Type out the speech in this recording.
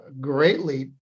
greatly